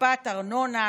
הקפאת ארנונה,